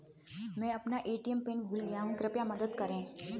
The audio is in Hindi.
मैं अपना ए.टी.एम पिन भूल गया हूँ, कृपया मदद करें